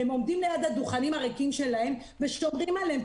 הם עומדים ליד הדוכנים הריקים שלהם ושומרים עליהם,